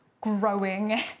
growing